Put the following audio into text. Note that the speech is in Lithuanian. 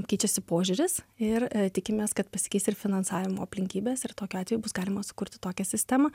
keičiasi požiūris ir tikimės kad pasikeis ir finansavimo aplinkybės ir tokiu atveju bus galima sukurti tokią sistemą